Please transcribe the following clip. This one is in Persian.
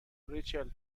ریچل